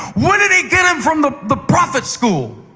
wouldn't he get him from the the prophet school?